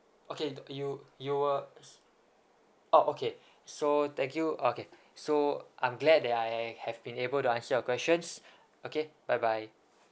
okay you you were oh okay so thank you okay so I'm glad that I have been able to answer your questions okay bye bye